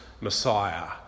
Messiah